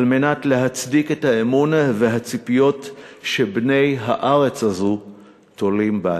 כדי להצדיק את האמון והציפיות שבני הארץ הזאת תולים בנו.